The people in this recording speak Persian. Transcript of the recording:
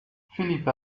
فیلیپ